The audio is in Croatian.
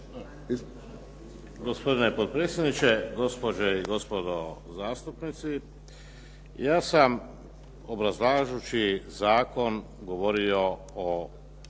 Gospodine potpredsjedniče, gospođe i gospodo zastupnici. Ja sam obrazlažući zakon govorio o